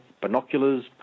binoculars